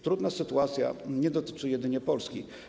Trudna sytuacja nie dotyczy jedynie Polski.